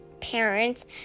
parents